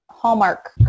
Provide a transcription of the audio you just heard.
Hallmark